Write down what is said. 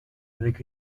avec